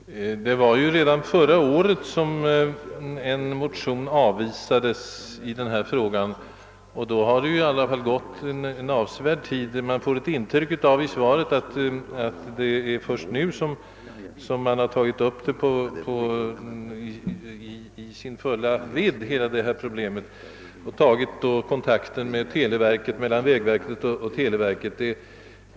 Herr talman! Det var ju redan förra året som en motion i denna fråga avvisades. Det har alltså gått en avsevärd tid sedan dess. Man får av svaret intrycket att det är först nu som man tagit upp frågan i dess hela vidd vid kontakter mellan televerket och vägverket.